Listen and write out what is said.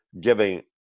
giving